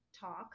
talk